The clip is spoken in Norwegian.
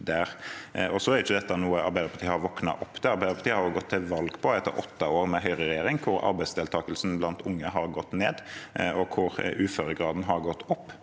Arbeiderpartiet har våknet opp til. Arbeiderpartiet har gått til valg på det – etter åtte år med høyreregjering, hvor arbeidsdeltakelsen blant unge har gått ned, og hvor uføregraden har gått opp.